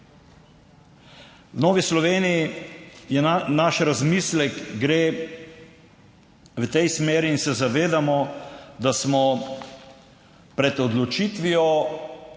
V Novi Sloveniji je, naš razmislek gre v tej smeri, in se zavedamo, da smo pred odločitvijo,